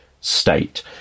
state